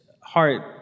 heart